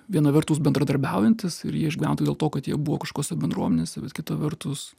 viena vertus bendradarbiaujantys ir jie išgyveno tik dėl to kad jie buvo kažkokiose bendruomenėse bet kita vertus